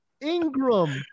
Ingram